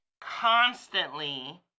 constantly